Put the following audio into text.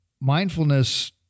Mindfulness